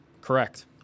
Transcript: Correct